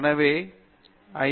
எனவே ஐ